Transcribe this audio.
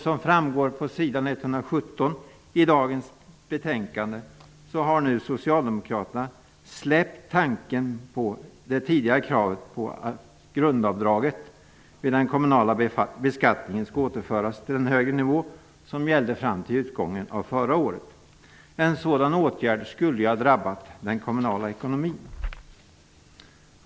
Som framgår av s. 117 i dagens betänkande har socialdemokraterna nu släppt det tidigare kravet på att grundavdraget i den kommunala beskattningen skall återföras till den högre nivå som gällde fram till utgången av förra året. En sådan åtgärd skulle ju ha drabbat den kommunala ekonomin.